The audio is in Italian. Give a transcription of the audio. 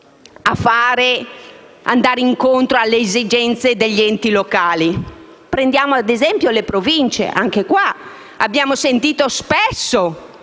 ad andare incontro alle esigenze degli enti locali. Prendiamo ad esempio le Province: anche in questa sede abbiamo sentito spesso